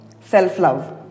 self-love